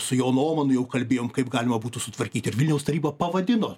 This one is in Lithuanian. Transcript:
su jonu omanu jau kalbėjom kaip galima būtų sutvarkyti ir vilniaus taryba pavadino